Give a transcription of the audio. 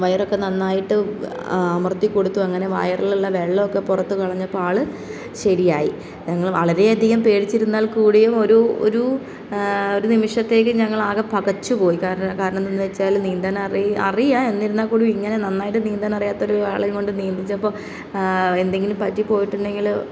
വയറൊക്കെ നന്നായിട്ട് അമർത്തി കൊടുത്തു അങ്ങനെ വയറിലുള്ള വെള്ളം ഒക്കെ പുറത്ത് കളഞ്ഞപ്പം ആൾ ശരിയായി ഞങ്ങൾ വളരെയധികം പേടിച്ചിരുന്നാൽ കൂടിയും ഒരു ഒരു ഒരു നിമിഷത്തേക്ക് ഞങ്ങളാകെ പകച്ചുപോയി കാരണം കാരണം എന്താണെന്ന് വെച്ചാൽ നീന്താനറി അറിയാം എന്നിരുന്നാൽ കൂടി ഇങ്ങനെ നന്നായിട്ട് നീന്താനറിയാത്തൊരു ആളെയുംകൊണ്ട് നീന്തിച്ചപ്പോൾ എന്തെങ്കിലും പറ്റി പോയിട്ടുണ്ടെങ്കിൽ